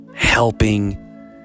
Helping